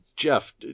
Jeff